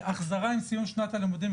החזרה עם סיום שנת הלימודים,